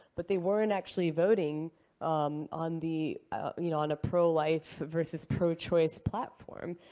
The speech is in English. but they weren't actually voting um on the you know on a pro-life versus pro-choice platform.